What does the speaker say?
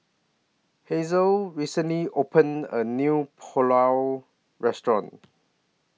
Hazelle recently opened A New Pulao Restaurant